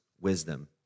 wisdom